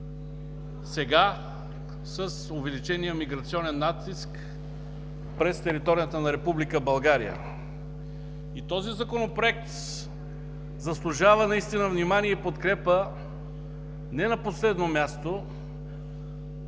сега с увеличения миграционен натиск през територията на Република България. Този Законопроект наистина заслужава внимание и подкрепа не на последно място